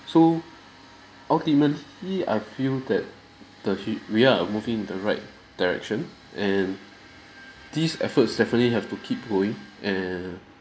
so ultimately I feel that the hu~ we are moving in the right direction and these efforts definitely have to keep going and